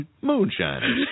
Moonshine